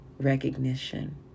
recognition